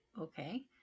Okay